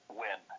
win